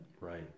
Right